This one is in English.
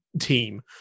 team